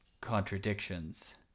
contradictions